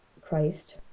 Christ